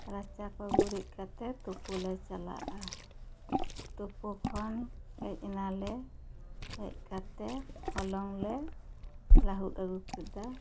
ᱨᱟᱪᱟ ᱠᱚ ᱜᱩᱨᱤᱡ ᱠᱟᱛᱮᱫ ᱛᱩᱯᱩ ᱞᱮ ᱪᱟᱞᱟᱜᱼᱟ ᱛᱩᱯᱩ ᱠᱷᱚᱱ ᱦᱮᱡ ᱮᱱᱟ ᱞᱮ ᱦᱮᱡ ᱠᱟᱛᱮᱫ ᱦᱚᱞᱚᱝ ᱞᱮ ᱞᱟᱹᱦᱩᱜ ᱟᱹᱜᱩ ᱠᱮᱫᱟ